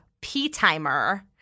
P-Timer